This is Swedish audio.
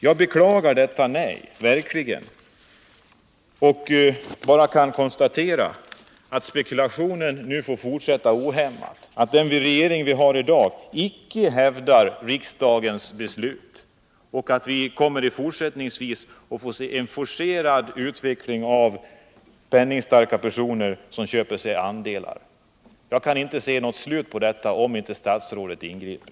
Jag beklagar verkligen detta nej och kan bara konstatera att spekulationen nu får fortsätta ohämmat samt att den regering vi nu har icke hävdar riksdagens beslut. Vi kommer i fortsättningen att få en forcerad utveckling, där penningstarka personer köper andelar. Jag kan inte se något slut på detta om inte statsrådet ingriper.